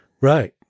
Right